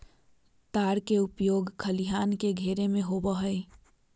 तार के उपयोग खलिहान के घेरे में होबो हइ